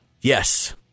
Yes